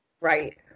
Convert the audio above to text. right